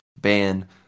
ban